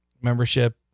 membership